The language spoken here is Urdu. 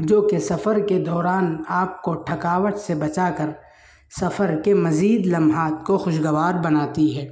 جو کہ سفر کے دوران آپ کو تھکاوٹ سے بچا کر سفر کے مزید لمحات کو خوشگوار بناتی ہے